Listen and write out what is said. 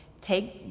take